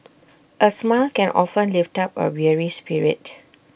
A smile can often lift up A weary spirit